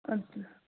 ꯑꯗꯨ